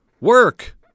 Work